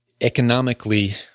economically